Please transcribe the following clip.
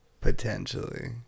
Potentially